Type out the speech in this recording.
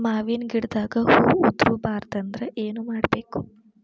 ಮಾವಿನ ಗಿಡದಾಗ ಹೂವು ಉದುರು ಬಾರದಂದ್ರ ಏನು ಮಾಡಬೇಕು?